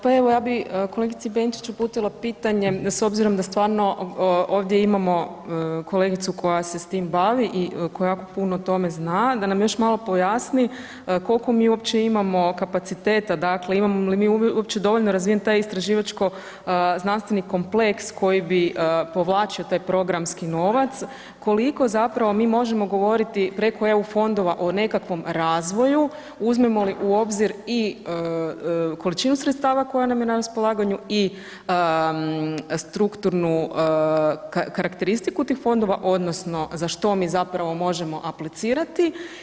Pa evo ja bih kolegici Benčić uputila pitanje s obzirom da stvarno ovdje imamo kolegicu koja se s time bavi i koja jako puno o tome zna, da nam još malo pojasni koliko mi uopće imamo kapaciteta, dakle imamo li mi uopće dovoljno razvijen taj istraživačko-znanstveni kompleks koji bi povlačio taj programski novac, koliko mi možemo govoriti preko eu fondova o nekakvom razvoju uzmemo li u obzir i količinu sredstava koja nam je na raspolaganju i strukturnu karakteristiku tih fondova odnosno za što mi možemo aplicirati?